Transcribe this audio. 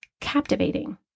captivating